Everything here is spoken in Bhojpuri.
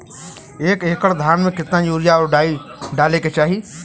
एक एकड़ धान में कितना यूरिया और डाई डाले के चाही?